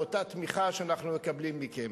לאותה תמיכה שאנחנו מקבלים מכם.